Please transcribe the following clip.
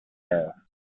air